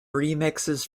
remixes